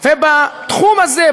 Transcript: בתחום הזה,